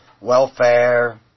welfare